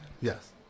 Yes